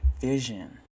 vision